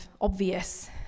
obvious